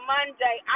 Monday